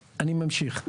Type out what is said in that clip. ממשיך.